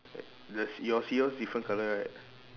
does yours yours different colour right